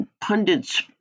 pundits